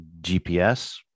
GPS